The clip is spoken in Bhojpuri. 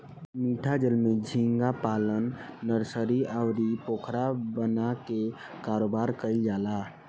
मीठा जल में झींगा पालन नर्सरी, अउरी पोखरा बना के कारोबार कईल जाला